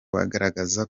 bagaragaza